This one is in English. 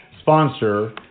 sponsor